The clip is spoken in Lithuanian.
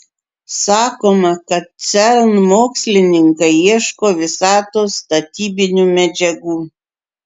sakoma kad cern mokslininkai ieško visatos statybinių medžiagų